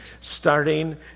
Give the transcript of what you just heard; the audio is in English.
starting